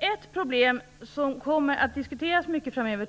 Ett problem som jag tror kommer att diskuteras mycket framöver